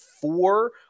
four